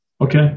Okay